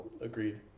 Agreed